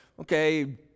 okay